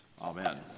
Amen